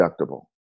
deductible